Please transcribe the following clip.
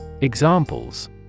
Examples